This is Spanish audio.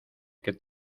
que